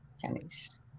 pennies